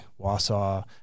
Wausau